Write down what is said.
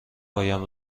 هایم